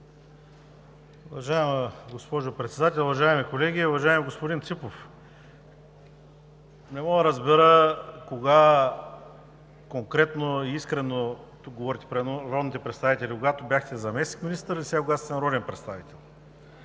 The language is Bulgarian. Уважаема госпожо Председател, уважаеми колеги! Уважаеми господин Ципов, не мога да разбера кога конкретно и искрено говорите пред народните представители – когато бяхте заместник-министър или сега, когато сте народен представител?